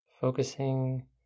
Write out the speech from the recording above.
Focusing